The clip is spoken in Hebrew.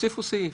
תוסיפו סעיף,